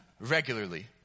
regularly